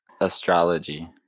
Astrology